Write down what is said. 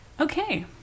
Okay